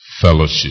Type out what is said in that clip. fellowship